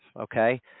okay